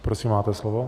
Prosím, máte slovo.